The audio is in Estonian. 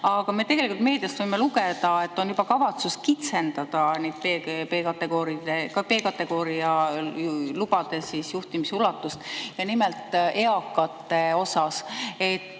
Aga me tegelikult meediast võime lugeda, et on kavatsus kitsendada B-kategooria lubadega antud juhtimisulatust, ja nimelt eakate osas.